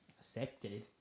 accepted